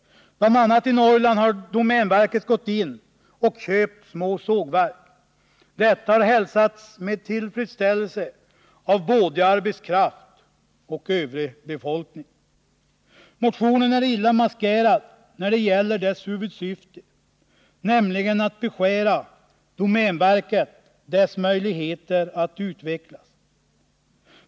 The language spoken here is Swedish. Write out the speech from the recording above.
Bl. a. i Norrland har domänverket gått in och köpt små sågverk — något som har hälsats med tillfredsställelse av både arbetskraft och övrig befolkning. Motionen är illa maskerad när det gäller dess huvudsyfte, nämligen att beskära domänverket dess möjligheter att utvecklas.